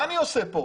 מה אני עושה כאן?